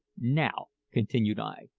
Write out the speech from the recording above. now, continued i,